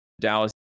Dallas